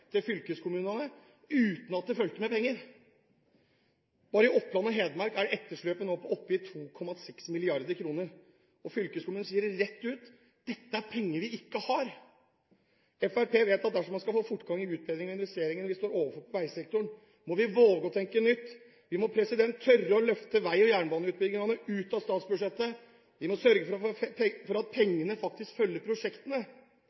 penger. Bare i Oppland og Hedmark er etterslepet nå oppe i 2,6 mrd. kr. Fylkeskommunen sier rett ut at dette er penger de ikke har. Fremskrittspartiet vet at dersom man skal få fortgang i utbedringene og investeringene vi står overfor på veisektoren, må vi våge å tenke nytt. Vi må tørre å løfte vei- og jernbaneutbyggingene ut av statsbudsjettet. Vi må sørge for at pengene faktisk følger prosjektene. Mener statsråden at